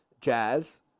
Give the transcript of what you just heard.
Jazz